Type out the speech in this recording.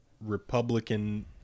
Republican